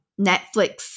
Netflix